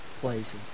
places